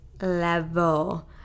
level